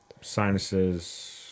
Sinuses